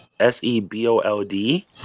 S-E-B-O-L-D